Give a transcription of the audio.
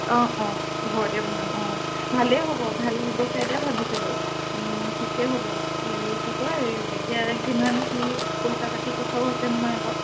অঁ অঁ ঘৰতে বনাম অঁ ভালেই হ'ব ভাল ব্যৱসায় এটা ভাবিছে বাৰু ঠিকেই হ'ব হেৰি কি কয় এতিয়া কিমান কি পইছা পাতি কথাও আছে নহয় আকৌ